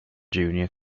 junior